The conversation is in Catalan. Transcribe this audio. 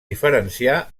diferenciar